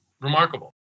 Remarkable